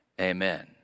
Amen